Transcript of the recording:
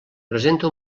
presenta